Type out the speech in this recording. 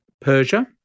Persia